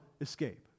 escape